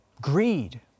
greed